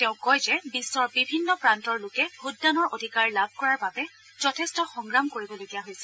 তেওঁ কয় যে বিধৰ বিভিন্ন প্ৰান্তৰ লোকে ভোটদানৰ অধিকাৰ লাভ কৰাৰ বাবে যথেষ্ট সংগ্ৰাম কৰিবলগীয়া হৈছে